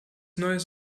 neues